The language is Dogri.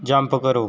जंप करो